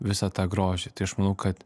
visą tą grožį tai aš manau kad